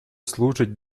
служит